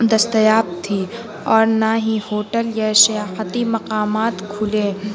دستیاب تھی اور نہ ہی ہوٹل یا سیاحتی مقامات کھلے